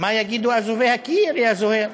מה יגידו אזובי הקיר, יא זוהיר?